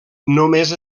només